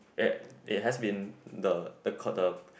that it has been the the the